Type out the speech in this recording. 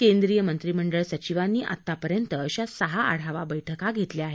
केंद्रीय मंत्रिमंडळ सचिवांनी आतापर्यंत अशा सहा आढावा बैठकी घेतल्या आहेत